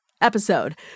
episode